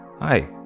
Hi